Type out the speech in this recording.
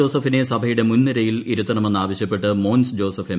ജോസഫിനെ സഭയുടെ മുൻനിരയിൽ ഇരുത്തണമെന്ന് ആവശ്യപ്പെട്ട് മോൻസ് ജോസഫ് എം